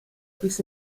bis